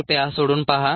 कृपया सोडवून पहा